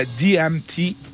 DMT